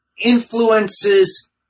influences